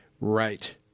right